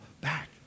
back